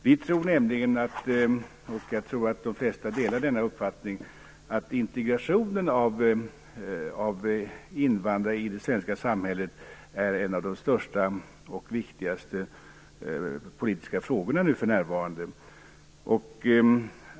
Vi tror nämligen, och jag tror att de flesta delar denna uppfattning, att integrationen av invandrare i det svenska samhället är en av de största och viktigaste politiska frågorna för närvarande.